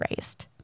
raised